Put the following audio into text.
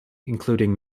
including